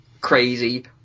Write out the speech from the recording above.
crazy